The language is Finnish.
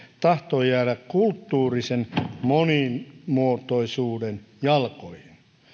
tahtoo jäädä kulttuurisen monimuotoisuuden jalkoihin